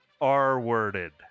R-worded